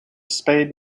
spade